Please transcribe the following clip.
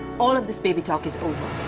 all of this baby talk is over.